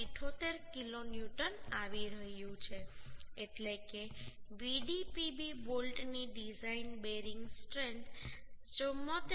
78 kilonewton આવી રહ્યું છે એટલે કે Vdpb બોલ્ટની ડિઝાઇન બેરિંગ સ્ટ્રેન્થ 74